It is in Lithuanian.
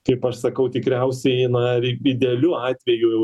kaip aš sakau tikriausiai na idealiu atveju